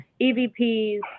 EVPs